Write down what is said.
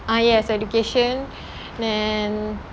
ah yes education and then